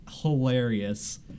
hilarious